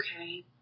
okay